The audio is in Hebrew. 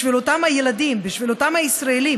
בשביל אותם הילדים, בשביל אותם ישראלים